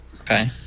Okay